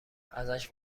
ازش